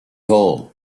hole